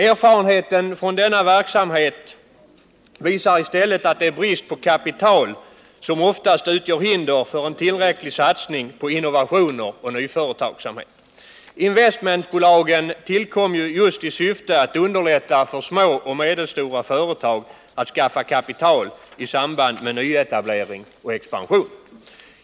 Erfarenheten från denna verksamhet visar i stället att det är brist på kapital som oftast utgör hinder för en tillräcklig satsning på innovationer och nyföretagande. Investmentbolagen tillkom ju just i syfte att underlätta för små och medelstora företag att skaffa kapital i samband med nyetablering och expansion.